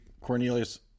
Cornelius